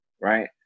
right